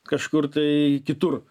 kažkur tai kitur